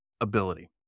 ability